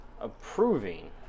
approving